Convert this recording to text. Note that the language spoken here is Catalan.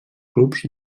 clubs